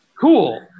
cool